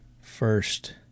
first